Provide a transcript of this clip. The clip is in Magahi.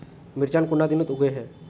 मिर्चान कुंडा दिनोत उगैहे?